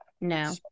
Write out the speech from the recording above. No